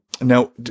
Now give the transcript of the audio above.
now